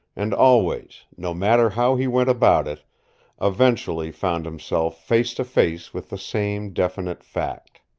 and always no matter how he went about it eventually found himself face to face with the same definite fact.